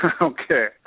okay